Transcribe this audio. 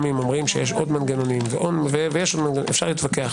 גם אם אומרים שיש עוד מנגנונים - ואפשר להתווכח.